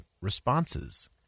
responses